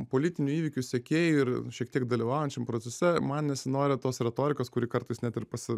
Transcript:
politinių įvykių sekėjui ir šiek tiek dalyvaujančiam procese man nesinori tos retorikos kuri kartais net ir pasi